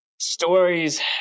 Stories